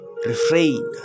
refrain